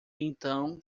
então